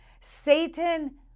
Satan